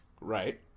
right